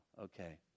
okay